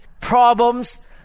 problems